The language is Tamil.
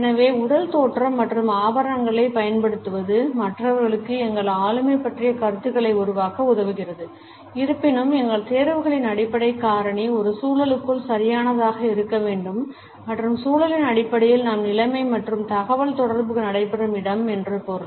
எனவே உடல் தோற்றம் மற்றும் ஆபரணங்களைப் பயன்படுத்துவது மற்றவர்களுக்கு எங்கள் ஆளுமை பற்றிய கருத்துக்களை உருவாக்க உதவுகிறது இருப்பினும் எங்கள் தேர்வுகளின் அடிப்படைக் காரணி ஒரு சூழலுக்குள் சரியானதாக இருக்க வேண்டும் மற்றும் சூழலின் அடிப்படையில் நாம் நிலைமை மற்றும் தகவல் தொடர்பு நடைபெறும் இடம் என்று பொருள்